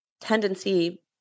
tendency